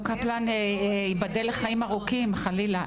קפלן, ייבדל לחיים ארוכים, חלילה.